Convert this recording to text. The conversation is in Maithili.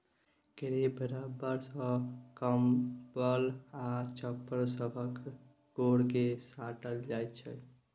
क्रीप रबर सँ कंबल आ चप्पल सभक कोर केँ साटल जाइ छै